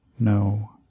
no